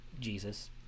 Jesus